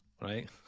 right